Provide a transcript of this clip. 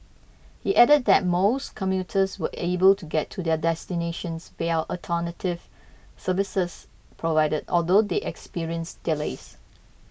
he added that most commuters were able to get to their destinations via alternative services provided although they experienced delays